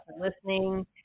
listening